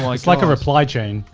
like it's like a reply chain.